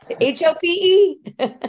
H-O-P-E